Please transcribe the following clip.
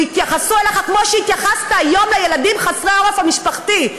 ויתייחסו אליך כמו שהתייחסת היום לילדים חסרי העורף המשפחתי,